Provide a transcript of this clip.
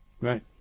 Right